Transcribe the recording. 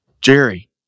Jerry